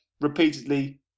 repeatedly